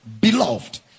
Beloved